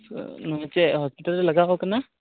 ᱱᱤᱭᱟᱹ ᱪᱮᱫ ᱦᱚᱥᱯᱤᱴᱟᱞ ᱨᱮ ᱞᱟᱜᱟᱣ ᱠᱟᱱᱟ